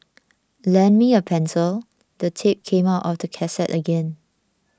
lend me a pencil the tape came out of the cassette again